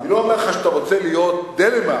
אני לא אומר שאתה רוצה להיות דנמרק,